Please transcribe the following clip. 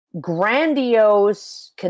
grandiose